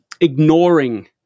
ignoring